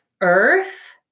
earth